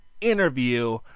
interview